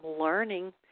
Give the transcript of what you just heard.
learning